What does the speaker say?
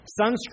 Sunscreen